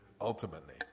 ultimately